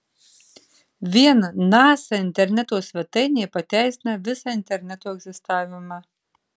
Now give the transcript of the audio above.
vien nasa interneto svetainė pateisina visą interneto egzistavimą